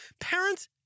Parents